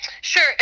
Sure